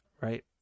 Right